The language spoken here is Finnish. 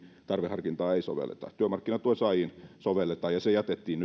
tarveharkintaa ei sovelleta työmarkkinatuen saajiin sovelletaan ja se jätettiin